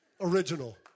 original